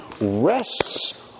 rests